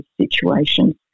situations